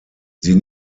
sie